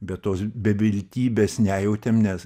bet tos beviltybės nejautėm nes